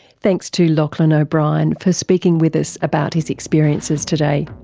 thanks to lachlan o'brien for speaking with us about his experiences today.